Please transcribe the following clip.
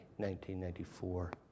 1994